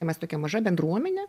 mes tokia maža bendruomenė